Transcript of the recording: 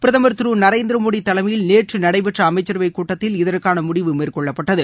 பிரதமர் திரு நரேந்திர மோடி தலைமையில் நேற்று நடைபெற்ற அமைச்சரவைக் கூட்டத்தில் இதற்கான முடிவு மேற்கொள்ளப்பட்டது